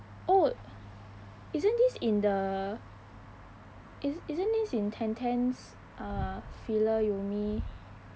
oh isn't this in the isn't this in ten ten's uh filler yomi